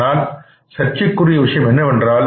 ஆனால் சர்ச்சைக்குரிய விஷயம் என்னவென்றால்